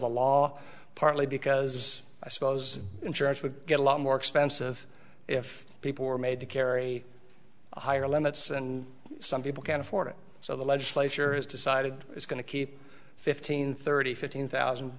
the law partly because i suppose insurance would get a lot more expensive if people were made to carry higher limits and some people can't afford it so the legislature has decided it's going to keep fifteen thirty fifteen thousand